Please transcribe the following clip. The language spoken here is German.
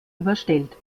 überstellt